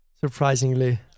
surprisingly